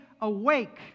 awake